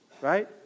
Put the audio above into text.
right